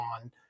on